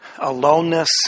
aloneness